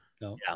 No